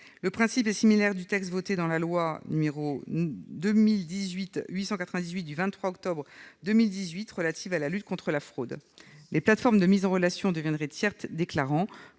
Le principe est similaire au texte voté dans la loi n° 2018-898 du 23 octobre 2018 relative à la lutte contre la fraude. Les plateformes de mise en relation deviendraient tiers déclarant,